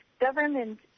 government